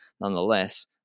nonetheless